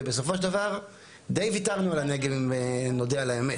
ובסופו של דבר די ויתרנו על הנגב אם נודה על האמת.